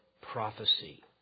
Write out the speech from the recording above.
prophecy